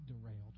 derailed